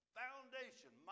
foundation